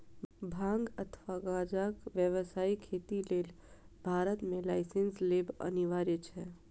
भांग अथवा गांजाक व्यावसायिक खेती लेल भारत मे लाइसेंस लेब अनिवार्य छै